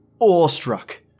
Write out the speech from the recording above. awestruck